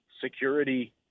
security